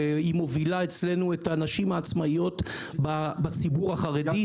היא מובילה אצלנו את הנשים העצמאיות בציבור החרדי.